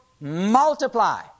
multiply